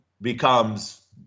becomes